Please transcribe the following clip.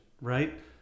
right